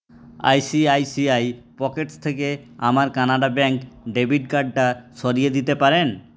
I C I C I pockets থেকে আমার Canara bank debit কার্ডটা সরিয়ে দিতে পারেন